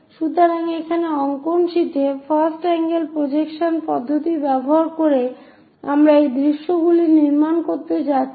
সুতরাং এখানে অঙ্কন শীটে ফার্স্ট আঙ্গেল প্রজেকশন পদ্ধতি ব্যবহার করে আমরা এই দৃশ্যগুলি নির্মাণ করতে যাচ্ছি